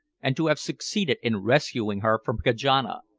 and to have succeeded in rescuing her from kajana.